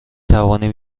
توانیم